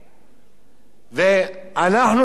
ואנחנו צריכים לדעת